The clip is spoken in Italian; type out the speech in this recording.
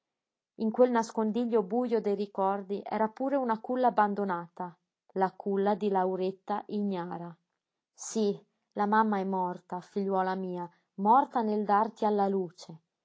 in quel nascondiglio bujo dei ricordi era pure una culla abbandonata la culla di lauretta ignara sí la mamma è morta figliuola mia morta nel darti alla luce